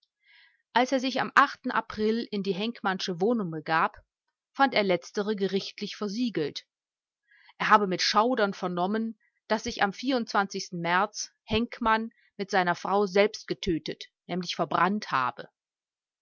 als er sich am april in die henkmannsche wohnung begab fand er letztere gerichtlich versiegelt er habe mit schaudern vernommen daß sich am märz henkmann mit seiner frau selbst getötet nämlich verbrannt habe